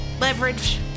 Leverage